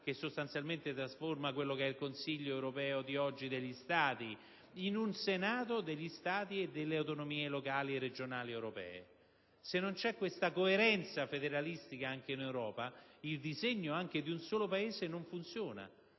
che sostanzialmente trasforma l'attuale Consiglio europeo degli Stati in un Senato degli Stati e delle autonomie locali e regionali europee. Se non c'è tale coerenza federalistica anche in Europa, il disegno in un solo Paese non funziona,